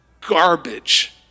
Garbage